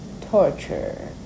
Torture